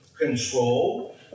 control